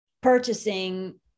purchasing